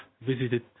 visited